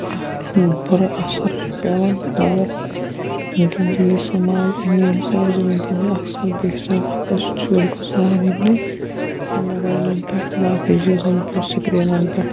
اَکھ ہُہ بُرٕ اَثر چھُ پیٚوان مگر وٕنکیٚن چھِ یہِ سماج اَمی حِساب زِ وٕنکیٚن چھِ اکثر بیشتَر وقت شُرۍ گُزاران یِمنٕے موبایلَن پٮ۪ٹھ باقٕے چیٖزَن پٮ۪ٹھ سِکریٖنَن پٮ۪ٹھ